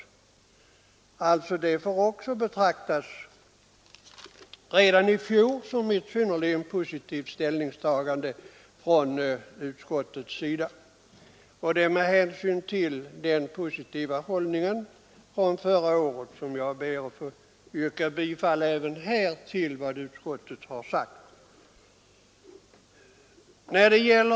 Redan utskottets uttalande i fjol får betraktas som ett synnerligen positivt ställningstagande. Mot bakgrunden av utskottets positiva hållning förra året ber jag att få yrka bifall till utskottets hemställan även i detta avseende.